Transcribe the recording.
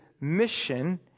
mission